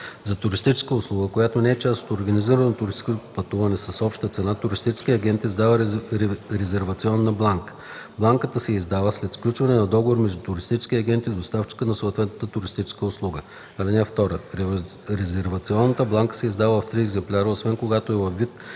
За туристическа услуга, която не е част от организирано туристическо пътуване с обща цена, туристическият агент издава резервационна бланка. Бланката се издава след сключване на договора между туристическия агент и доставчика на съответната туристическа услуга. (2) Резервационната бланка се издава в три екземпляра, освен когато е във вид